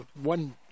one